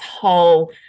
whole